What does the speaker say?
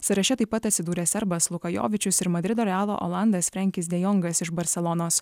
sąraše taip pat atsidūrė serbas luka jovičius ir madrido realo olandas frenkis de jongas iš barselonos